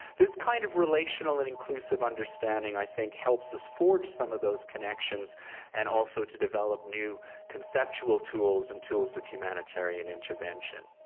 this kind of relational and inclusive understanding, i think, helps us forge some of those connections and also to develop new conceptual tools and tools of humanitarian intervention.